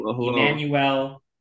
Emmanuel